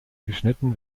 geschnitten